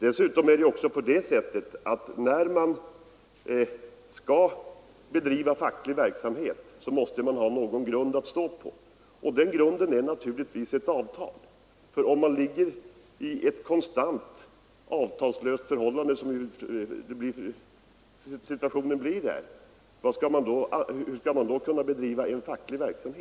Dessutom måste man, när man skall bedriva facklig verksamhet, ha en grund att stå på, och den grunden är naturligtvis ett avtal. Hur skall man kunna bedriva någon facklig verksamhet om man konstant har ett avtalslöst förhållande?